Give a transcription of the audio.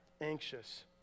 anxious